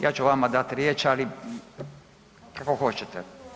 Ja ću vama dati riječ ali kako hoćete.